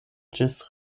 ĝis